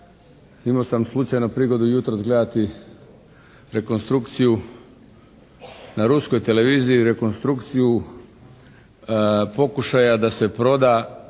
Imao sam slučajno prigodu jutros gledati rekonstrukciju na ruskoj televiziji rekonstrukciju pokušaja da se proda